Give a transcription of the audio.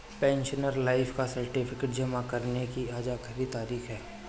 pensioner life certificate जमा करने की आज आखिरी तारीख है